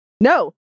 No